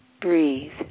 Breathe